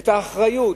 את האחריות,